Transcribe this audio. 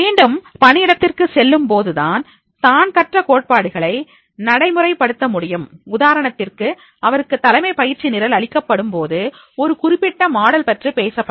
மீண்டும் பணியிடத்திற்கு திரும்பி செல்லும்போது தான் கற்ற கோட்பாடுகளை நடைமுறை படுத்த முடியும் உதாரணத்திற்கு அவருக்கு தலைமை பயிற்சி நிரல் அளிக்கப்படும் போது ஒரு குறிப்பிட்ட மாடல் பற்றி பேசப்படும்